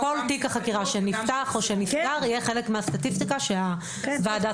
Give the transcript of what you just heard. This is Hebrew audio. כל תיק חקירה שנפתח או שנסגר יהיה חלק מהסטטיסטיקה שהוועדה תקבל.